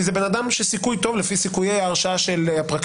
כי זה בן אדם שסיכוי טוב לפי סיכויי ההרשעה של הפרקליטות,